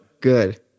good